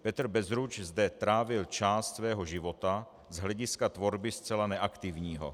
Petr Bezruč zde trávil část svého života, z hlediska tvorby zcela neaktivního.